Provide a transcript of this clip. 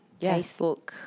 Facebook